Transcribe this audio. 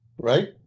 right